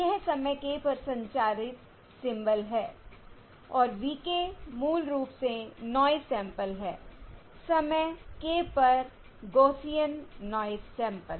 यह समय k पर संचारित सिंबल है और v k मूल रूप से नॉयस सैंपल है समय k पर गौसियन नॉयस सैंपल